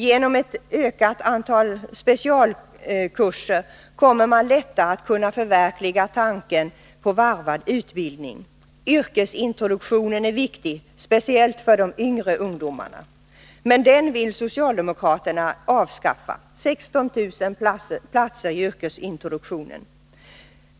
Genom att öka antalet specialkurser kommer man lättare att kunna förverkliga tanken på varvad utbildning. Yrkesintroduktionen är viktig, speciellt för de yngre ungdomarna, men den vill socialdemokraterna avskaffa. Man säger nej till 16 000 platser i yrkesintroduktionen.